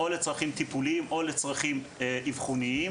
לצרכים טיפוליים או לצרכים אבחוניים.